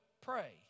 pray